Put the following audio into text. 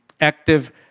active